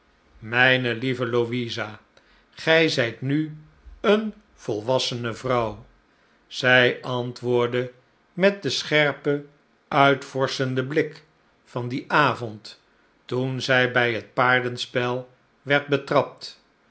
mijne lieve louisa gij zijt nu eene volwassene vrouw zij antwoordde met den scherpen uitvorschenden blik van dien avond toen zij bij het paardenspel werd betrapt